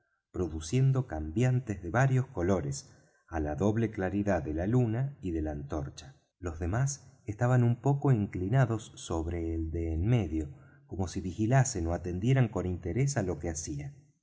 produciendo cambiantes de varios colores á la doble claridad de la luna y de la antorcha los demás estaban un poco inclinados sobre el de en medio como si vigilasen ó atendieran con interés á lo que hacía